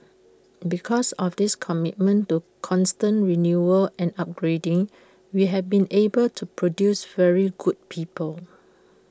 because of this commitment to constant renewal and upgrading we have been able to produce very good people